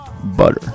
Butter